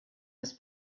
was